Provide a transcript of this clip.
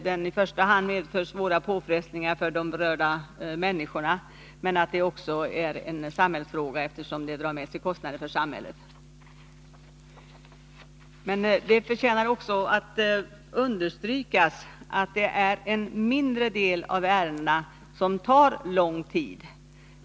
I första hand medför den svåra påfrestningar för de berörda människorna, men det är också en samhällsekonomisk fråga, eftersom de långa handläggningstiderna för med sig kostnader för samhället. Det förtjänar också att påpekas att det är en mindre del av ärendena som tar lång tid.